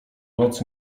noc